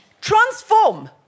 Transform